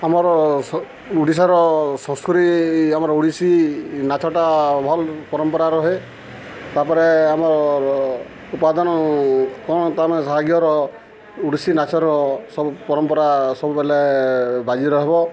ଆମର ଓଡ଼ିଶାର ସଂସ୍କୃତି ଆମର ଓଡ଼ିଶୀ ନାଚଟା ଭଲ ପରମ୍ପରା ରୁହେ ତାପରେ ଆମର ଉପାଦାନ କଣ ଓଡ଼ିଶୀ ନାଚର ସବୁ ପରମ୍ପରା ସବୁବେଲେ ବାଜି ରହିବ